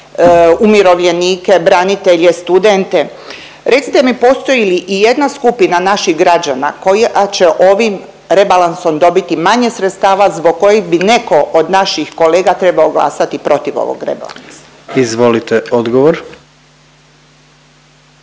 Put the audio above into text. umirovljenike, branitelje, studente. Recite mi postoji li ijedna skupina naših građana koja će ovim rebalansom dobiti manje sredstava zbog kojih bi neko od naših kolega trebao glasati protiv ovog rebalansa? **Jandroković,